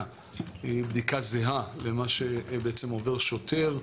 היא בדיקה זהה למה שבעצם עובר שוטר,